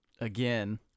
again